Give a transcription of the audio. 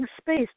space